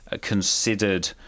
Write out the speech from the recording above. considered